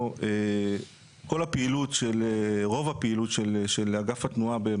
תודה רבה.